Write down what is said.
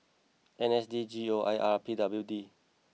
N S D G O I R P W D